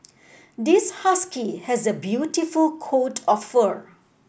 this husky has a beautiful coat of fur